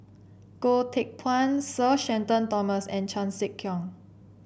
Goh Teck Phuan Sir Shenton Thomas and Chan Sek Keong